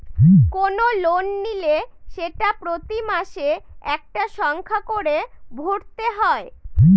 কোনো লোন নিলে সেটা প্রতি মাসে একটা সংখ্যা করে ভরতে হয়